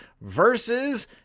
versus